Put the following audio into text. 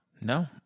no